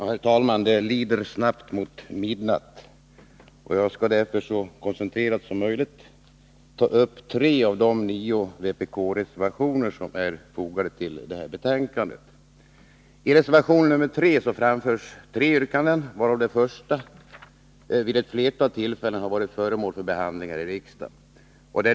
Herr talman! Det lider snabbt mot midnatt, och jag skall därför så koncentrerat som möjligt ta upp tre av de nio reservationer som är fogade till detta betänkande. I reservation 3 framförs tre yrkanden, varav det första vid ett flertal tillfällen har varit föremål för behandling här i riksdagen.